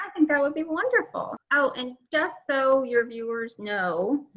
i think there would be wonderful oh, and yes, so your viewers know.